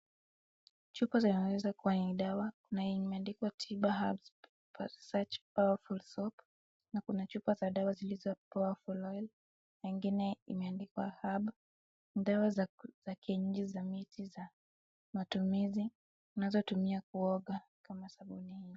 Chupa zinaweza kuwa ni dawa. Kuna yenye imeandikwa Tiba Herbs plus search powerful soap na kuna chupa za dawa zilizo powerful oil . Nyingine imeandikwa herb . Ni dawa za kienyeji za miti za matumizi unazotumia kuoga kama sabuni.